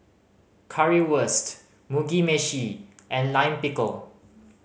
Currywurst Mugi Meshi and Lime Pickle